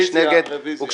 7 נגד, 6 בקשה